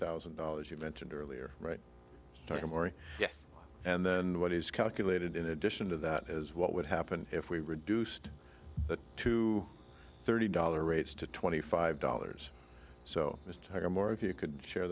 thousand dollars you mentioned earlier right yes and then what he's calculated in addition to that is what would happen if we reduced that to thirty dollar rates to twenty five dollars so mr moore if you could share